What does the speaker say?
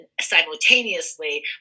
simultaneously